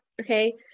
Okay